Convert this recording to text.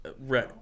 Right